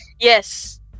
yes